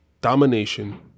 domination